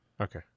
Okay